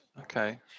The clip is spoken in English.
Okay